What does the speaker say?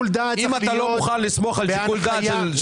אם אתה לא מוכן לסמוך על שיקול דעת של